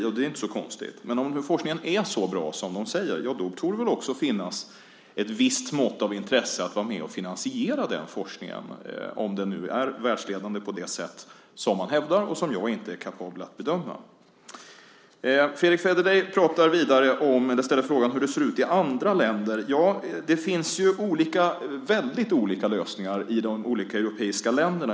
Det är ju inte så konstigt. Men om nu forskningen är så bra och världsledande som de hävdar - något som jag inte är kapabel att bedöma - torde det väl också finnas ett visst intresse av att vara med och finansiera den. Fredrick Federley ställer vidare frågan hur det ser ut i andra länder. Det finns olika lösningar i de europeiska länderna.